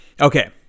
Okay